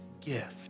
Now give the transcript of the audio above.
gift